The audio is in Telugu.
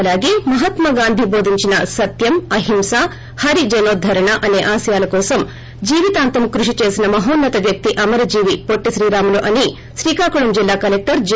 అలాగే మహాత్మాగాంధీ బోధించిన సత్యం అహింస హరిజనోద్దరణ అసే ఆశయాల కోసం జీవితాంతం కృషి దేసిన మహోన్నత వ్యక్తి అమరజీవి పొట్టి శ్రీరాములు అని శ్రీకాకుళం జిల్లా కలెక్టర్ జె